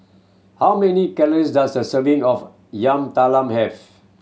how many calories does a serving of Yam Talam have